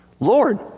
Lord